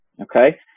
Okay